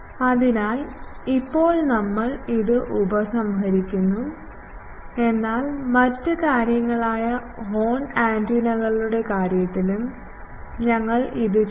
അതിനാൽ ഇപ്പോൾ നമ്മൾ ഇത് ഉപസംഹരിക്കുന്നു എന്നാൽ മറ്റ് കാര്യങ്ങളായ ഹോൺ ആന്റിനകളുടെ കാര്യത്തിലും ഞങ്ങൾ ഇത് ചെയ്യും